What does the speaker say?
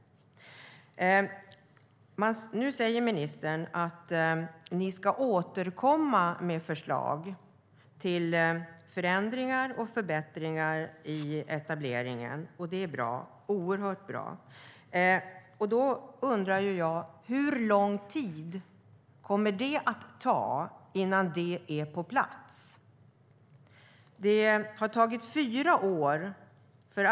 Nu säger ministern att ni ska återkomma med förslag till förändringar och förbättringar i etableringen, och det är oerhört bra. Jag undrar: Hur lång tid kommer det att ta innan det är på plats?